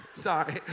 Sorry